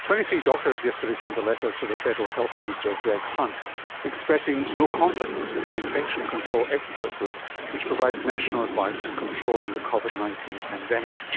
twenty-three doctors yesterday sent a letter to the federal health minister greg hunt expressing no confidence in the infection control expert group which provides national advice on controlling the covid nineteen pandemic.